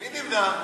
מי נמנע?